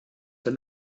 der